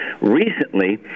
recently